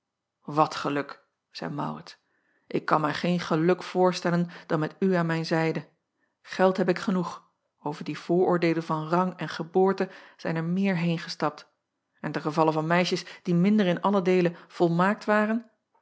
at geluk zeî aurits ik kan mij geen geluk voorstellen dan met u aan mijn zijde eld heb ik genoeg over die vooroordeelen van rang en geboorte zijn er meer heengestapt en ten gevalle van meisjes die minder in allen deele volmaakt waren